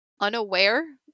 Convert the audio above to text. unaware